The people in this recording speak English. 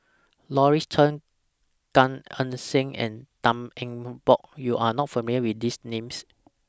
Louis Chen Gan Eng Seng and Tan Eng Bock YOU Are not familiar with These Names